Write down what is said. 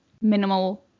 minimal